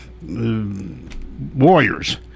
Warriors